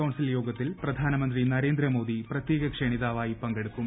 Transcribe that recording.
council യോഗത്തിൽ പ്രധാനമന്ത്രി നരേന്ദ്രമോദി പ്രത്യേക ക്ഷണിതാവായി പങ്കെടുക്കും